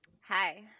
Hi